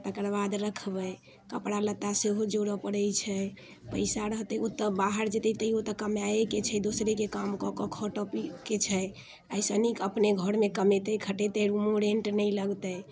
आ तकर बाद रखबै कपड़ा लत्ता सेहो जोड़ऽ पड़ैत छै पैसा रहतै ओतऽ बाहर जेतै तैयो तऽ कमाएके छै दोसरेके काम कऽ कऽ खटऽ के छै एहिसँ नीक अपने घरमे कमेतै खटेतै अपना रूम रेन्ट नहि लगतै